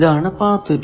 ഇതാണ് പാത്ത് 2